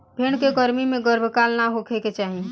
भेड़ के गर्मी में गर्भकाल ना होखे के चाही